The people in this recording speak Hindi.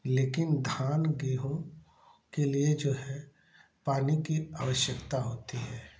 लेकिन धान गेहूँ के लिए जो है पानी की आवश्यकता होती है